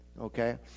okay